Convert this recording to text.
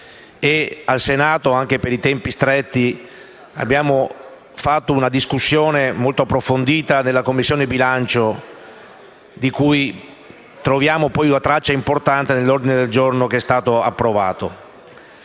al Senato, nonostante i tempi stretti, abbiamo fatto una discussione molto approfondita in Commissione bilancio, di cui troviamo una traccia importante nell'ordine del giorno approvato.